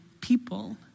people